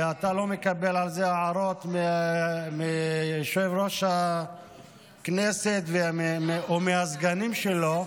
ואתה לא מקבל על זה הערות מיושב-ראש הכנסת או מהסגנים שלו,